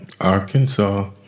Arkansas